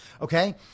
Okay